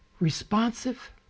responsive